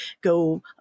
go